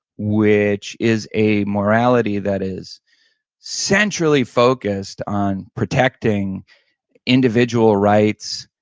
which is a morality that is centrally focused on protecting individual rights,